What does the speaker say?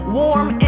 warm